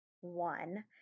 one